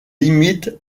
limites